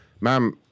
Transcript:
ma'am